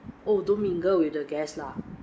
oh don't mingle with the guest lah